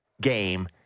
game